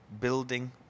building